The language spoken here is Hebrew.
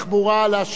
יעלה ויבוא,